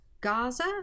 Gaza